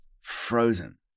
frozen